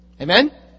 Amen